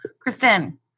Kristen